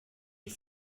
die